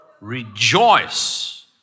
Rejoice